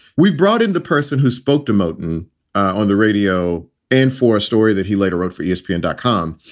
we've brought in the person who spoke to motin on the radio and for a story that he later wrote for espn dot com.